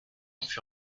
fut